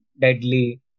deadly